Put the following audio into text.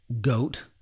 goat